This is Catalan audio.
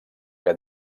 que